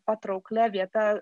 patrauklia vieta